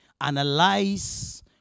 analyze